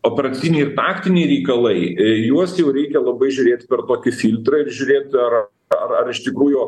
operaciniai ir taktiniai reikalai į juos jau reikia labai žiūrėt per tokį filtrą ir žiūrėt ar ar ar iš tikrųjų